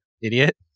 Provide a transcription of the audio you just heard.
Idiot